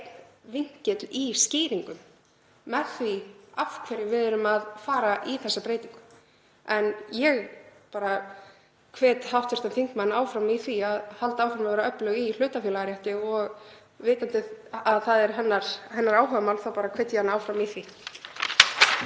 vinkill í skýringum á því af hverju við erum að fara í þessa breytingu. En ég hvet hv. þingmann í því að halda áfram að vera öflug í hlutafélagarétti, vitandi að það er hennar áhugamál, og bara hvet hana áfram í því.